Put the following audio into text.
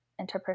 interpersonal